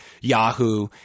Yahoo